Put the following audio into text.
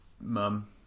mum